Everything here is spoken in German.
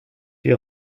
die